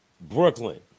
Brooklyn